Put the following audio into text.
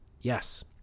Yes